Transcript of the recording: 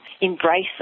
embrace